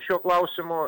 šiuo klausimu